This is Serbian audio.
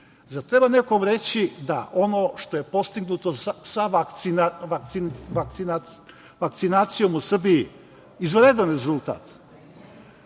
Zar treba nekom reći da ono što je postignuto sa vakcinacijom u Srbiji izvanredan rezultat?